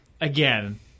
again